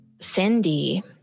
Cindy